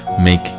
make